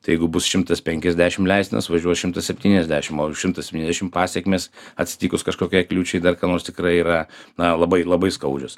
tai jeigu bus šimtas penkiasdešim leistinas važiuos šimtas septyniasdešim o šimtas septyniasdešim pasekmės atsitikus kažkokiai kliūčiai dar ką nors tikrai yra na labai labai skaudžios